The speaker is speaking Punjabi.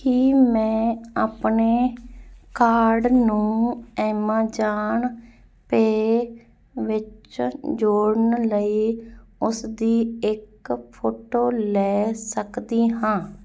ਕੀ ਮੈਂ ਆਪਣੇ ਕਾਰਡ ਨੂੰ ਐਮਾਜ਼ਾਨ ਪੇ ਵਿੱਚ ਜੋੜਨ ਲਈ ਉਸਦੀ ਇੱਕ ਫੋਟੋ ਲੈ ਸਕਦੀ ਹਾਂ